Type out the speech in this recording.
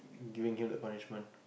giving him the punishment